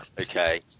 okay